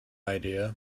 idea